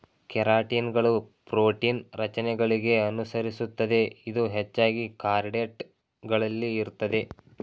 ಕೆರಾಟಿನ್ಗಳು ಪ್ರೋಟೀನ್ ರಚನೆಗಳಿಗೆ ಅನುಸರಿಸುತ್ತದೆ ಇದು ಹೆಚ್ಚಾಗಿ ಕಾರ್ಡೇಟ್ ಗಳಲ್ಲಿ ಇರ್ತದೆ